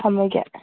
ꯊꯝꯃꯒꯦ